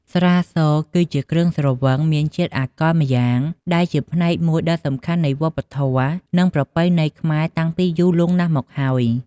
ស្រាស គឺជាគ្រឿងស្រវឹងមានជាតិអាល់កុលម្យ៉ាង ដែលជាផ្នែកមួយដ៏សំខាន់នៃវប្បធម៌ និងប្រពៃណីខ្មែរតាំងពីយូរលង់ណាស់មកហើយ។